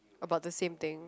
about the same thing